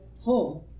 home